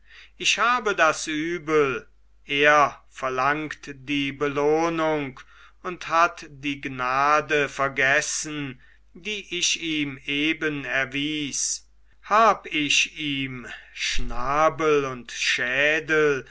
ich habe das übel er verlangt die belohnung und hat die gnade vergessen die ich ihm eben erwies hab ich ihm schnabel und schädel